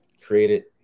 created